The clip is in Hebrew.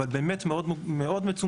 אבל באמת מאוד מצומצמים,